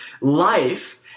Life